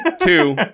Two